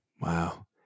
Wow